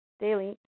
daily